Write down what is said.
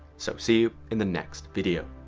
so see you in the next video.